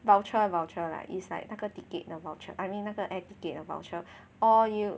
voucher voucher lah it's like 那个 ticket 的 voucher I mean 那个 air ticket 的 voucher or you